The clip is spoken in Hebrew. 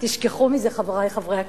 תשכחו מזה, חברי חברי הכנסת.